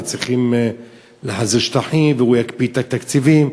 וצריכים להחזיר שטחים והוא יקפיא את התקציבים.